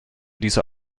dieser